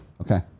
Okay